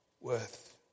worth